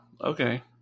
Okay